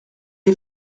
des